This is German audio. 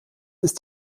ist